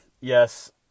yes